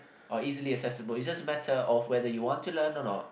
are easily accessible it's just a matter of whether you want to learn of not